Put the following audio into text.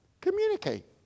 Communicate